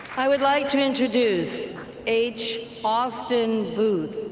i would like to introduce h. austin booth,